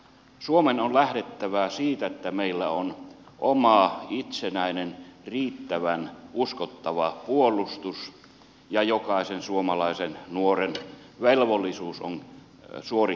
suomen on lähdettävä siitä että meillä on oma itsenäinen riittävän uskottava puolustus ja jokaisen suomalaisen nuoren velvollisuus on suorittaa varusmiespalvelus